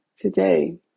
today